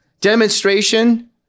demonstration